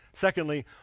Secondly